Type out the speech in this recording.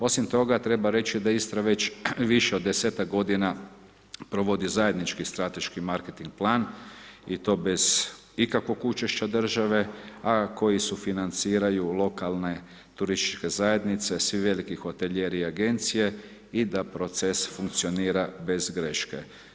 Osim toga, treba reći da Istra već više od 10-tak godina provodi zajednički strateški marketing plan i to bez ikakvog učešća države, a koji sufinanciraju lokalne turističke zajednice, svi veliki hotelijeri i agencije i da proces funkcionira bez greške.